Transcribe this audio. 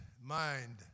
mind